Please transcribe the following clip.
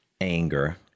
anger